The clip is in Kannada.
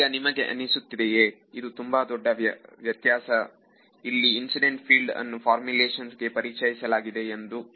ಈಗ ನಿಮಗೆ ಅನಿಸುತ್ತಿದೆಯೇ ಇದು ತುಂಬಾ ದೊಡ್ಡ ವ್ಯತ್ಯಾಸ ಎಲ್ಲಿ ಇನ್ಸಿಡೆಂಟ್ ಫೀಲ್ಡ್ ಅನ್ನು ಫಾರ್ಮುಲೇಶನ್ಸ್ ಗೆ ಪರಿಚಯಿಸಲಾಗಿದೆ ಎಂದು